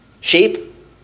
sheep